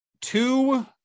two